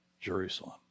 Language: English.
Jerusalem